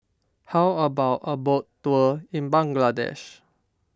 how about a boat tour in Bangladesh